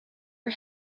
are